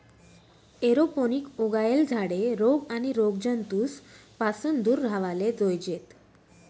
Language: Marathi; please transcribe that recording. एरोपोनिक उगायेल झाडे रोग आणि रोगजंतूस पासून दूर राव्हाले जोयजेत